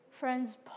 Friends